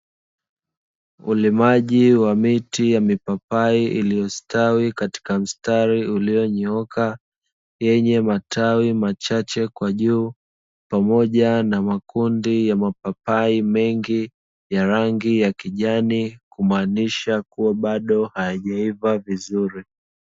Ulimaji wa miti ya mipapai iliyostawi katika mstari ulionyooka, yenye matawi machache kwa juu pamoja na makundi ya mapapai mengi ya rangi ya kijani, kumaanisha kuwa bado haijaiva vizuri.